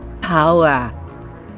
power